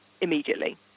immediately